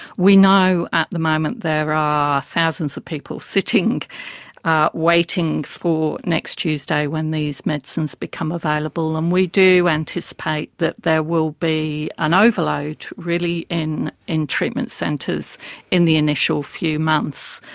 we know at the moment there are ah thousands of people sitting waiting for next tuesday when these medicines become available, and we do anticipate that there will be an overload really in in treatment centres in the initial few months.